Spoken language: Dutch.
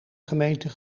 gemeenten